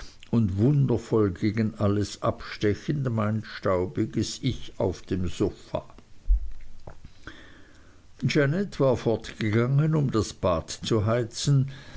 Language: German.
und wundervoll gegen alles abstechend mein staubiges ich auf dem sofa janet war fortgegangen um das bad zu heizen